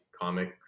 comic